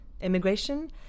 immigration